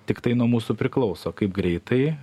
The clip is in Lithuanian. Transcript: tiktai nuo mūsų priklauso kaip greitai